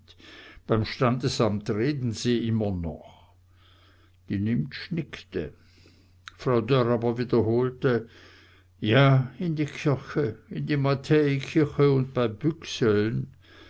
bei standesamt reden sie immer noch die nimptsch nickte frau dörr aber wiederholte ja in die kirche in die matthäikirche un bei büchseln